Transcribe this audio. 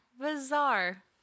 Bizarre